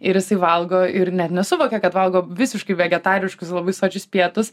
ir jisai valgo ir net nesuvokia kad valgo visiškai vegetariškus labai sočius pietus